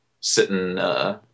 sitting